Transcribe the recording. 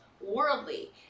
worldly